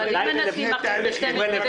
אבל אם הנשיא מחליט ב-24:01?